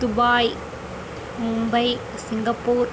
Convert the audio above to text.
Dubai Mumbai Singapore